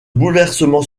bouleversement